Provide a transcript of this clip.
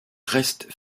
restes